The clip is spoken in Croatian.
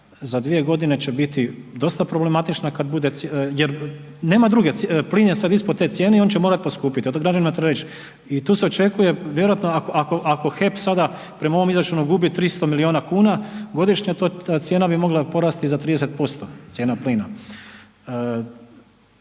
za 2 godine će biti dosta problematična, jer nema druge, plin je sad ispod te cijene i on će morati poskupjeti, a to građanima treba reći i tu se očekuje vjerojatno ako HEP sada prema ovom izračunu gubi 300 miliona kuna godišnje ta cijena bi mogla porasti za 30%, cijena plina.